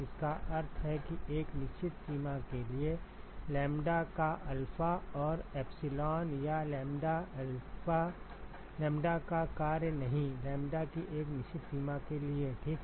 जिसका अर्थ है कि एक निश्चित सीमा के लिए लैम्ब्डा Λ का अल्फा α और एप्सिलॉन ε या लैम्ब्डा Λ का कार्य नहीं लैम्ब्डा की एक निश्चित सीमा के लिए ठीक है